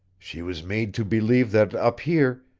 she was made to believe that up here,